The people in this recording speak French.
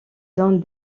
zones